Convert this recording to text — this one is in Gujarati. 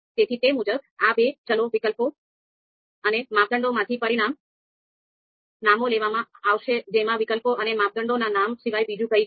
તેથી તે મુજબ આ બે ચલો વિકલ્પો અને માપદંડોમાંથી પરિમાણ નામો લેવામાં આવશે જેમાં વિકલ્પો અને માપદંડોના નામ સિવાય બીજું કંઈ નથી